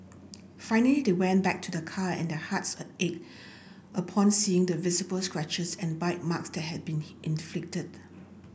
finally they went back to their car and their hearts ached upon seeing the visible scratches and bite marks that had been inflicted